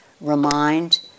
remind